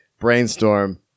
brainstorm